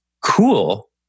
cool